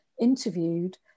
interviewed